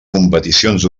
competicions